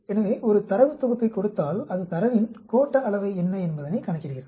எனவே ஒரு தரவுத் தொகுப்பைக் கொடுத்தால் அது தரவின் கோட்ட அளவை என்ன என்பதைக் கணக்கிடுகிறது